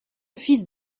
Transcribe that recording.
fils